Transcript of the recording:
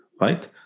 right